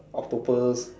octopus